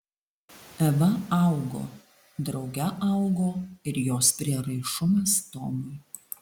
eva augo drauge augo ir jos prieraišumas tomui